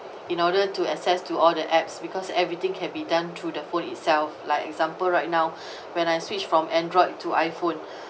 in order to access to all the apps because everything can be done through the phone itself like example right now when I switched from android to iphone